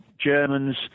Germans